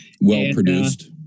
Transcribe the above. Well-produced